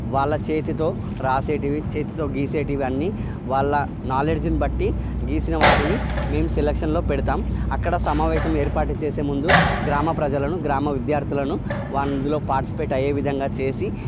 వాళ్ళ చేతితో రాసేటివి చేతితో గీసేటివి అన్ని వాళ్ళ నాలెడ్జ్ని బట్టి గీసిన వాటిని మేము సెలక్షన్లో పెడతాం అక్కడ సమావేశం ఏర్పాటు చేసే ముందు గ్రామ ప్రజలను గ్రామ విద్యార్థులను వాళ్ళందులో పార్టిసిపేట్ అయ్యే విధంగా చేసి